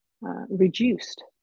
reduced